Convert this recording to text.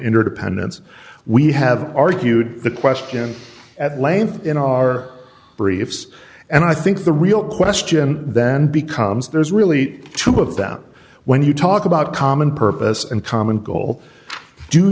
interdependence we have argued the question at length in our briefs and i think the real question then becomes there's really two of them when you talk about a common purpose and common goal do